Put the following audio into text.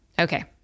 Okay